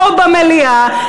פה במליאה,